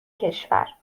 کشور